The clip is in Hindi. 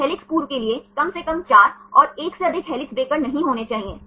तो हेलिक्स पूर्व के लिए कम से कम 4 और 1 से अधिक हेलिक्स ब्रेकर नहीं होने चाहिए